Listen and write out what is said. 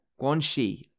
Guanxi